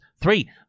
three